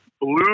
Blue